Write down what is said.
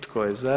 Tko je za?